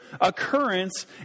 occurrence